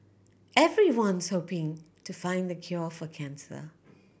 everyone's hoping to find the cure for cancer